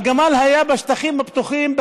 הגמל היה בשטחים הפתוחים,